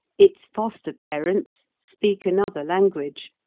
its foster-parents speak another language,